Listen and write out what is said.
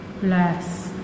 Bless